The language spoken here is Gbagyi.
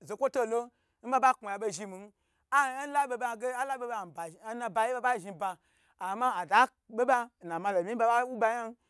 zoktilo nbaba knaya be zhiman anlabeba ge nba nna bayi nba ba zhi ba ama afa bebe maloni ba ba wu ba yan.